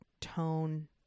tone